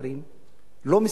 לא מספקים להם כבישי גישה,